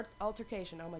altercation